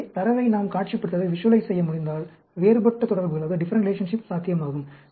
எனவே தரவை நாம் காட்சிப்படுத்த முடிந்தால் வேறுபட்ட தொடர்புகள் சாத்தியமாகும்